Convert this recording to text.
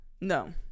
No